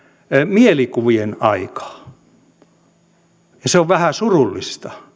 mielikuvien aikaa ja se on vähän surullista